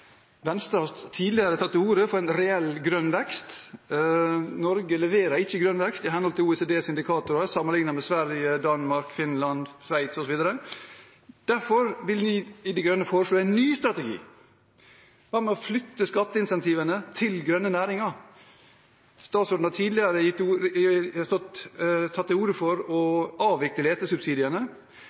Venstre har tidligere tatt til orde for en reell grønn vekst. Norge leverer ikke grønn vekst i henhold til OECDs indikatorer sammenlignet med Sverige, Danmark, Finland, Sveits osv. Derfor vil vi i De Grønne foreslå en ny strategi: Hva med å flytte skatteincentivene til grønne næringer? Statsråden har tidligere tatt til orde for å avvikle